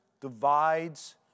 divides